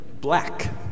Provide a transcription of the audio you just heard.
black